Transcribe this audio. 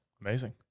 Amazing